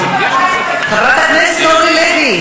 חברת הכנסת אורלי לוי,